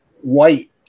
white